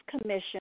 Commission